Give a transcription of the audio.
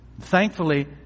Thankfully